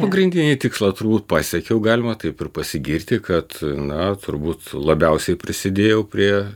pagrindinį tikslą turbūt pasiekiau galima taip ir pasigirti kad na turbūt labiausiai prisidėjau prie